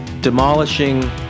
demolishing